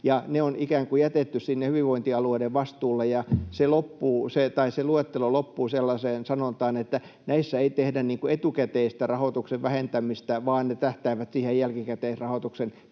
ne on ikään kuin jätetty sinne hyvinvointialueiden vastuulle. Se luettelo loppuu sellaiseen sanontaan, että näissä ei tehdä etukäteistä rahoituksen vähentämistä vaan ne tähtäävät sitten siihen jälkikäteisrahoituksen pienenemiseen.